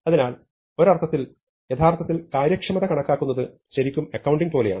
അതിനാൽ ഒരർത്ഥത്തിൽ യഥാർത്ഥത്തിൽ കാര്യക്ഷമത കണക്കാക്കുന്നത് ശരിക്കും അക്കൌണ്ടിംഗ് പോലെയാണ്